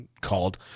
called